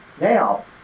Now